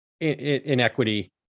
inequity